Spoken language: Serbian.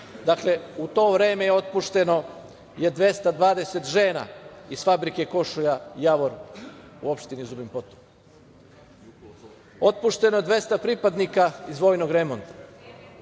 dakle, u to vreme je otpušeno 220 žena iz fabrike košulja „Javor“ u opštini Zubin Potok, otpušeno je 200 pripadnika iz vojnog remonta,